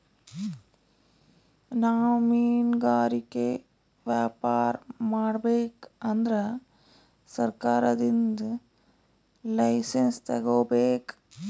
ನಾವ್ ಮಿನ್ಗಾರಿಕೆ ವ್ಯಾಪಾರ್ ಮಾಡ್ಬೇಕ್ ಅಂದ್ರ ಸರ್ಕಾರದಿಂದ್ ಲೈಸನ್ಸ್ ತಗೋಬೇಕ್